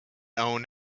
own